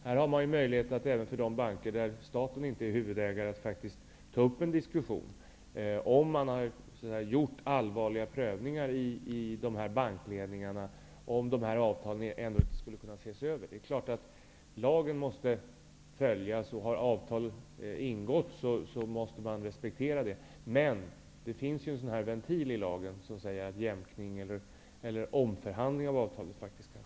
Här finns det möjligheter att även i de banker där staten inte är huvudägare ta upp en diskussion om huruvida bankledningarna har gjort allvarliga prövningar om att se över avtalen. Det är klart att lagen måste följas. Om ett avtal har ingåtts, måste det respekteras, men det finns ju en ventil i lagen som medger jämkning eller omförhandling av ett avtal.